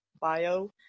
bio